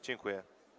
Dziękuję.